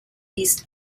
east